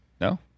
No